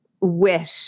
wish